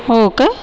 हो का